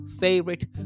favorite